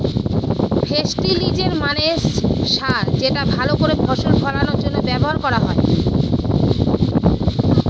ফেস্টিলিজের মানে সার যেটা ভাল করে ফসল ফলানোর জন্য ব্যবহার করা হয়